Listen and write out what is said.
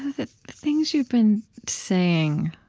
the things you've been saying,